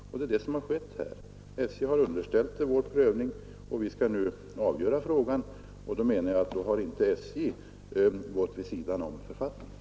Det är också det som har skett i detta fall. SJ har underställt ärendet vår prövning, och vi skall nu avgöra frågan. Under sådana riksrevisionsverket att ta del av statliga affärsdrivande verks kalkyleringsmetoder förhållanden menar jag att SJ inte har gått vid sidan om författningen.